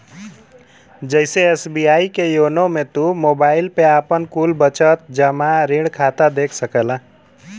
जइसे एस.बी.आई के योनो मे तू मोबाईल पे आपन कुल बचत, जमा, ऋण खाता देख सकला